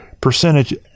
percentage